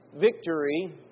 victory